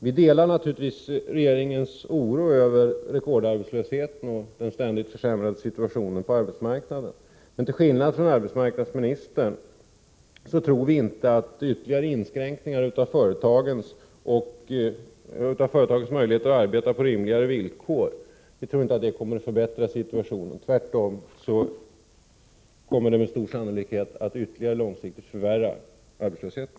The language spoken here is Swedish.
Vi delar naturligtvis regeringens oro över rekordarbetslösheten och den ständigt försämrade situationen på arbetsmarknaden. Men till skillnad från arbetsmarknadsministern tror vi inte att ytterligare inskränkningar av företagens möjligheter att arbeta på rimliga villkor kommer att förbättra situationen. Tvärtom kommer det med stor sannolikhet att ytterligare långsiktigt förvärra arbetslösheten.